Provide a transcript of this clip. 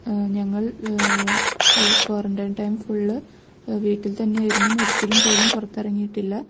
ഞങ്ങൾ കൊ quarantine time full വീട്ടിൽ തന്നെയായിരുന്നു ഒരിക്കലും പോലും പുറത്തെറങ്ങീട്ടില്ല